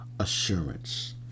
Assurance